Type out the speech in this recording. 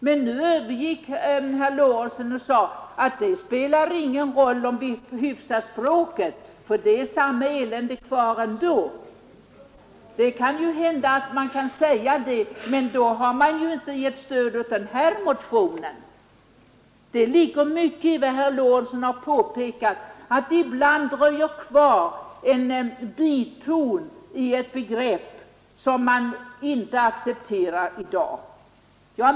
Men nu övergick herr Lorentzon till att säga att det inte spelar någon roll om vi hyfsar språket för det är samma elände kvar ändå. Det kan man ju säga, men då har man ju inte givit stöd åt denna motion. Det ligger mycket i vad herr Lorentzon påpekat, att det ibland dröjer kvar en biton i ett begrepp som man inte accepterar i dag.